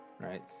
right